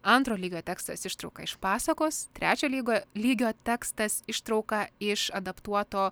antro lygio tekstas ištrauka iš pasakos trečio lygo lygio tekstas ištrauka iš adaptuoto